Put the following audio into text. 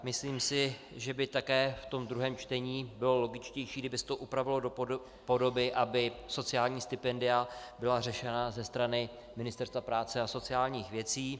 Myslím si, že by také v druhém čtení bylo logičtější, kdyby se to upravilo do podoby, aby sociální stipendia byla řešena ze strany Ministerstva práce a sociálních věcí.